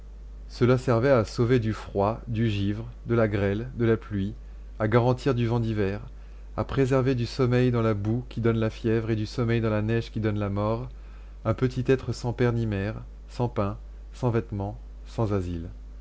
cela servait à sauver du froid du givre de la grêle de la pluie à garantir du vent d'hiver à préserver du sommeil dans la boue qui donne la fièvre et du sommeil dans la neige qui donne la mort un petit être sans père ni mère sans pain sans vêtements sans asile